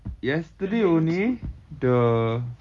yesterday only the